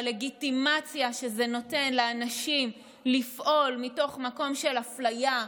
הלגיטימציה שזה נותן לאנשים לפעול מתוך מקום של אפליה,